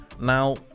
Now